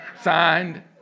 Signed